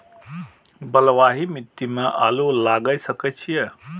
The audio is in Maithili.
बलवाही मिट्टी में आलू लागय सके छीये?